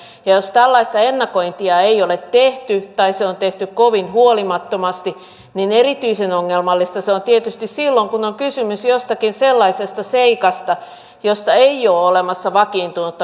ja jos tällaista ennakointia ei ole tehty tai se on tehty kovin huolimattomasti niin erityisen ongelmallista se on tietysti silloin kun on kysymys jostakin sellaisesta seikasta josta ei ole olemassa vakiintunutta perustuslakitulkintaa